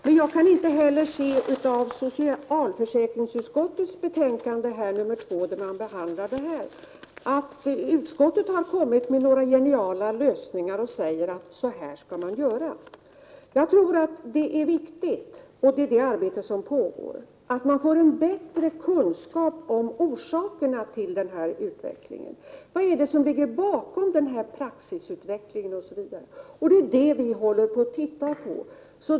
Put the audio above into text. Men jag kan inte se att det framgår av socialförsäkringsutskottets betänkande nr 2, där frågan behandlas, att utskottet har kommit med några geniala lösningar eller gjort några uttalanden om att man skall göra si eller så. Jag tror att det är viktigt under det arbete som pågår, att man får en bättre kunskap om orsakerna till den här utvecklingen. Vad är det som ligger bakom utvecklingen när det gäller praxis osv.? Det är sådana frågor vi tittar på.